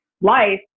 life